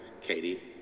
Katie